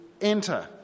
enter